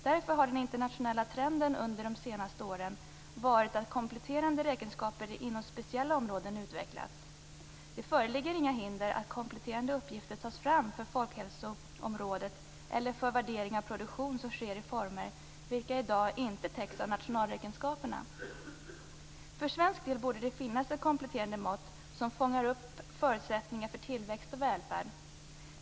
Därför har den internationella trenden under de senaste åren varit att kompletterande räkenskaper inom speciella områden utvecklats. Det föreligger inga hinder att kompletterande uppgifter tas fram för folkhälsoområdet eller för värdering av produktion som sker i former som i dag inte täcks av nationalräkenskaperna. För svensk del borde det finnas ett kompletterande mått som fångar upp förutsättningar för tillväxt och välfärd.